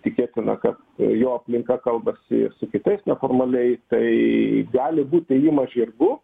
tikėtina kad jo aplinka kalbasi ir su kitais neformaliai tai gali būt ėjimas žirgu